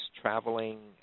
traveling